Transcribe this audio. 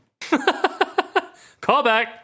Callback